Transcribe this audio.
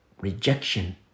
rejection